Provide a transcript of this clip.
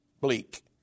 bleak